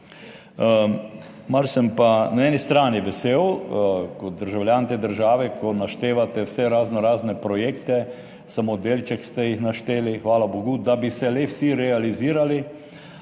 Mar sem pa na eni strani vesel, kot državljan te države, ko naštevate vse razno razne projekte, samo delček ste jih našteli, hvala bogu, da bi se le vsi realizirali,